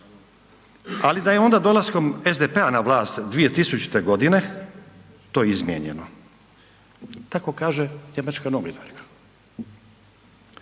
ali da je onda dolaskom SDP-a na vlast 2000. godine to izmijenjeno, tako kaže njemačka novinarka.